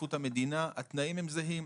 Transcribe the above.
בהשתתפות המדינה, התנאים הם זהים.